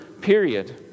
period